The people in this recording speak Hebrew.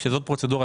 זה דבר אחד.